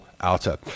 Outer